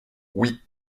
oui